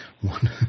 One